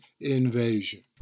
invasion